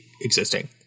existing